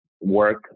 work